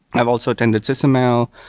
i've also attended sysml.